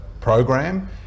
program